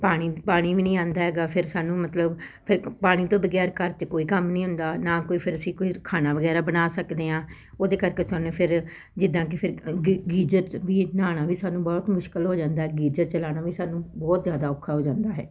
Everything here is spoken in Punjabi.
ਪਾਣੀ ਪਾਣੀ ਵੀ ਨਹੀਂ ਆਉਂਦਾ ਹੈਗਾ ਫਿਰ ਸਾਨੂੰ ਮਤਲਬ ਫਿਰ ਪਾਣੀ ਤੋਂ ਬਗੈਰ ਘਰ 'ਚ ਕੋਈ ਕੰਮ ਨਹੀਂ ਹੁੰਦਾ ਨਾ ਕੋਈ ਫਿਰ ਅਸੀਂ ਕੋਈ ਖਾਣਾ ਵਗੈਰਾ ਬਣਾ ਸਕਦੇ ਹਾਂ ਉਹਦੇ ਕਰਕੇ ਸਾਨੂੰ ਫਿਰ ਜਿੱਦਾਂ ਕਿ ਫਿਰ ਗੀ ਗੀਜਰ ਵੀ ਨਹਾਉਣਾ ਵੀ ਸਾਨੂੰ ਬਹੁਤ ਮੁਸ਼ਕਿਲ ਹੋ ਜਾਂਦਾ ਗੀਜਰ ਚਲਾਉਣਾ ਵੀ ਸਾਨੂੰ ਬਹੁਤ ਜ਼ਿਆਦਾ ਔਖਾ ਹੋ ਜਾਂਦਾ ਹੈ